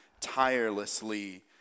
tirelessly